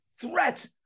threat